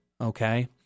okay